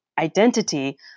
identity